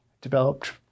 developed